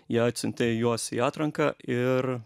jie atsiuntė juos į atranką ir